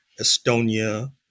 Estonia